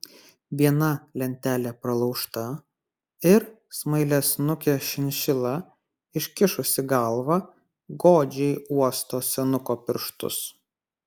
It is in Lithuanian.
viena lentelė pralaužta ir smailiasnukė šinšila iškišusi galvą godžiai uosto senuko pirštus